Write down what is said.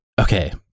okay